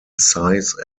size